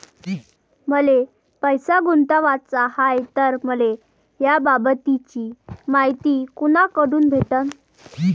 मले पैसा गुंतवाचा हाय तर मले याबाबतीची मायती कुनाकडून भेटन?